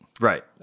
Right